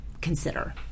consider